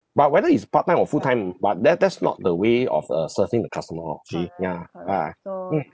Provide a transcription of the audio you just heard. but whether it's part-time or full-time but that that's not the way of uh serving the customer orh actually ya ah mm